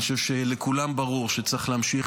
אני חושב שלכולם ברור שצריך להמשיך